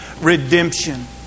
redemption